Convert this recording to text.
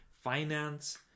finance